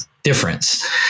difference